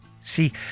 See